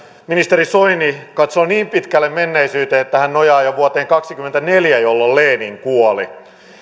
ministeri soini katsoo niin pitkälle menneisyyteen että hän nojaa vuoteen kaksikymmentäneljä jolloin lenin kuoli